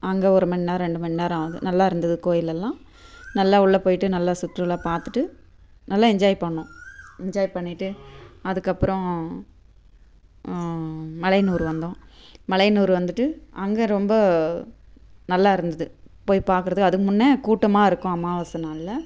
அங்கே ஒரு மணி நேரம் ரெண்டு மணி நேரம் ஆகும் நல்லா இருந்தது கோயில் எல்லாம் நல்லா உள்ள போய்விட்டு நல்லா சுற்றுலா பார்த்துட்டு நல்லா என்ஜாய் பண்ணிணோம் என்ஜாய் பண்ணிவிட்டு அதுக்கப்புறம் மலையனூர் வந்தோம் மலையனூர் வந்துட்டு அங்கே ரொம்ப நல்லா இருந்தது போய் பார்க்குறதுக்கு அதுக்கு முன்னே கூட்டமாக இருக்கும் அமாவாசை நாளில்